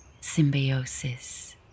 symbiosis